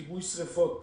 בכיבוי שריפות,